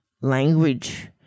language